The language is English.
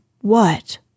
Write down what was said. what